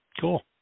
cool